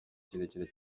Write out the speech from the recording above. kirekire